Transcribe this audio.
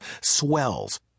Swells